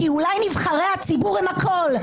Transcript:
כי אולי נבחרי הציבור הם הכול,